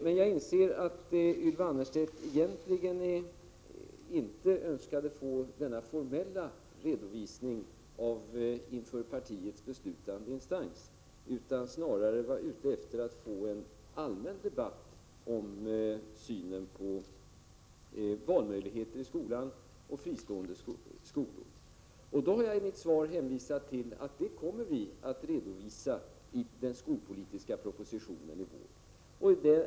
Men jag inser att Ylva Annerstedt egentligen inte önskade få den formella redovisning som lämnas inför partiets beslutande instans, utan snarare var ute efter att få en allmän debatt om synen på valmöjligheten i skolan och fristående skolor. Jag har i mitt svar hänvisat till att vi kommer att redovisa den i den skolpolitiska propositionen i vår.